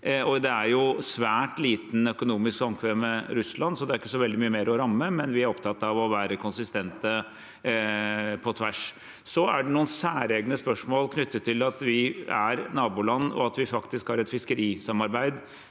Det er svært lite økonomisk samkvem med Russland, så det er ikke så veldig mye mer å ramme, men vi er opptatt av å være konsistente på tvers. Så er det noen særegne spørsmål knyttet til at vi er naboland, og at vi faktisk har et fiskerisamarbeid